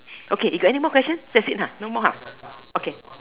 okay you got any more questions that is it ha no more ha okay